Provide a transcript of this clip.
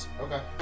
Okay